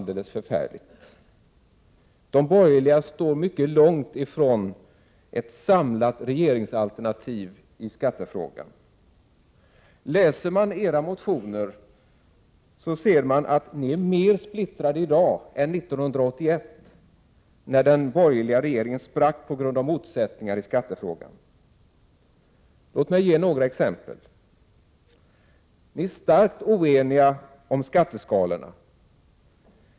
De borgerliga står mycket långt ifrån ett samlat regeringsalternativ i skattefrågan. Läser man deras motioner ser man att de är mer splittrade i dag än 1981, när den — Prot. 1987/88:61 borgerliga regeringen sprack på grund av motsättningar i skattefrågan. Låt 3 februari 1988 mig ge några exempel. Ni är starkt oeniga om skatteskalorna.